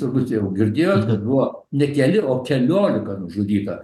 turbūt jau girdėjot kad buvo ne keli o keliolika nužudyta